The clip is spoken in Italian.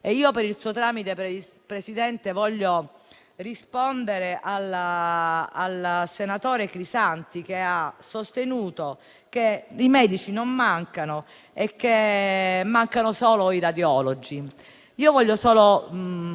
e io per il suo tramite, signor Presidente, voglio rispondere al senatore Crisanti, che ha sostenuto che i medici non mancano e mancano solo i radiologi. Ebbene,